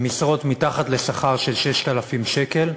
הן משרות בשכר מתחת ל-6,000 שקל,